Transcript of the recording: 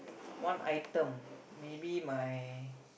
one item maybe my